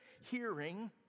hearing